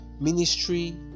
Ministry